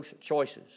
choices